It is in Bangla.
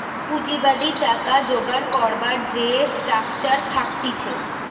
পুঁজিবাদী টাকা জোগাড় করবার যে স্ট্রাকচার থাকতিছে